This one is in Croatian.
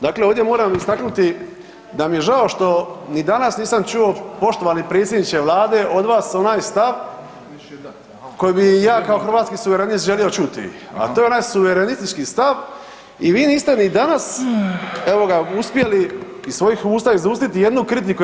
Dakle, ovdje moram istaknuti da mi je žao što ni danas nisam čuo poštovani predsjedniče Vlade od vas onaj stav koji bi ja kao hrvatski suverenist želio čuti, a to je onaj suverenistički stav i vi niste ni danas evo ga uspjeli iz svojih usta izustiti jednu kritiku EU.